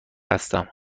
هستم